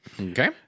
Okay